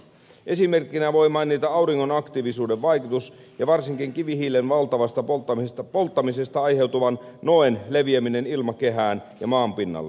esimerkkeinä voi mainita auringon aktiivisuuden vaikutuksen ja varsinkin kivihiilen valtavasta polttamisesta aiheutuvan noen leviämisen ilmakehään ja maan pinnalle